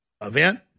event